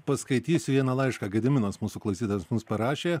paskaitysiu vieną laišką gediminas mūsų klausytojas mums parašė